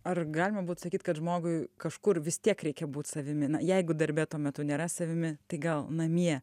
ar galima būtų sakyt kad žmogui kažkur vis tiek reikia būt savimi na jeigu darbe tuo metu nėra savimi tai gal namie